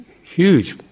huge